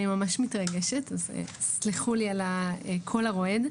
אני ממש מתרגשת אז תסלחו לי על הקול הרועד.